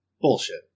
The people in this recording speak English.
Bullshit